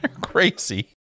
crazy